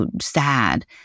sad